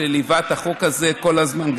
שליווה את החוק הזה כל הזמן,